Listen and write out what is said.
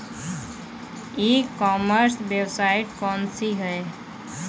E commerce website कौन सी है?